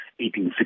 1860